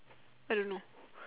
I don't know